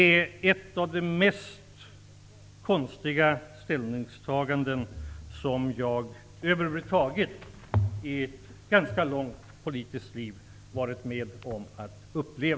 Det är ett av de konstigaste ställningstaganden som jag över huvud taget har upplevt i ett ganska långt politiskt liv.